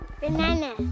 Banana